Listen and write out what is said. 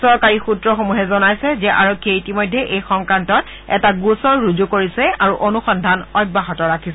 চৰকাৰী সূত্ৰসমূহে জনাইছে যে আৰক্ষীয়ে ইতিমধ্যে এই সংক্ৰান্তত এটা গোচৰ ৰুজু কৰিছে আৰু অনুসন্ধান অব্যাহত ৰাখিছে